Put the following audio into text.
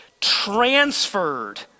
Transferred